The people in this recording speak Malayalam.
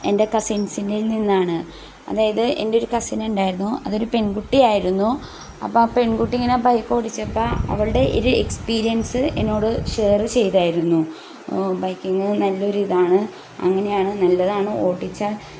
എൻ്റെ കസിൻസിനിൽ നിന്നാണ് അതായത് എൻ്റെ ഒരു കസിൻ ഉണ്ടായിരുന്നു അതൊരു പെൺകുട്ടിയായിരുന്നു അപ്പം ആ പെൺകുട്ടി ഇങ്ങനെ ബൈക്ക് ഓടിച്ചപ്പം അവളുടെ ഒരു എക്സ്പീരിയൻസ് എന്നോട് ഷെയറ് ചെയ്തായിരുന്നു ബൈക്കിങ്ങ് നല്ലൊരു ഇതാണ് അങ്ങനെയാണ് നല്ലതാണ് ഓടിച്ചാൽ